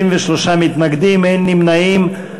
63 מתנגדים, אין נמנעים.